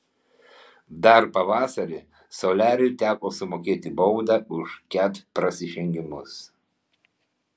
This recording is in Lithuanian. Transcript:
dar pavasarį soliariui teko sumokėti baudą už ket prasižengimus